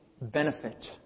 benefit